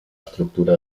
estructura